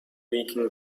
leaking